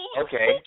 Okay